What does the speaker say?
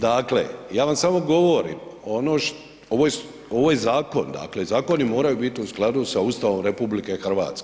Dakle, ja vam samo govorim, ono, ovo je zakon dakle, zakoni moraju biti u skladu sa Ustavom RH.